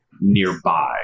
nearby